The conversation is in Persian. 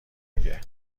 میگه